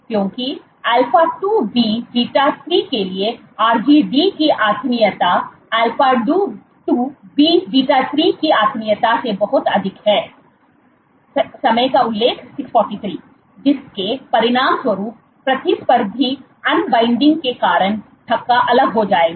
क्योंकि α2b β3 के लिए आरजीडी की आत्मीयता α2bβ3 के आत्मीयता से बहुत अधिक है समय का उल्लेख 0643 जिसके परिणामस्वरूप प्रतिस्पर्धी अनबाइंडिंग के कारण थक्का अलग हो जाएगा